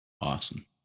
Awesome